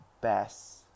best